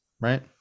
right